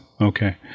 Okay